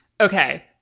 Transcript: okay